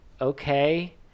okay